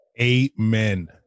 Amen